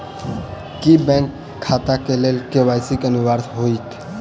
की bank खाता केँ लेल के.वाई.सी अनिवार्य होइ हएत?